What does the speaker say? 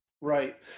Right